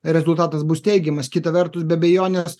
rezultatas bus teigiamas kita vertus be abejonės